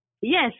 Yes